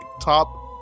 top